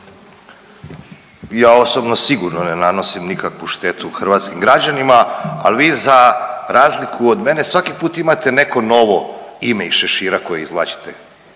Ja osobno sigurno ne nanosim nikakvu štetu hrvatskim građanima, ali vi za razliku od mene, svaki put imate neko novo ime iz šešira koje izvlačite.